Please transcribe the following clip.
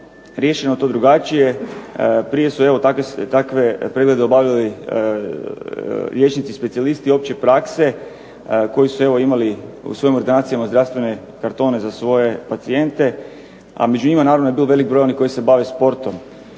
riješeno to drugačije. Prije su takve preglede obavljali liječnici specijalisti opće prakse koji su imali u svojim ordinacijama zdravstvene kartone za svoje pacijente a među njima je bilo naravno i veliki broj onih koji se bave sportom.